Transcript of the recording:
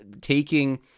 taking